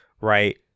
right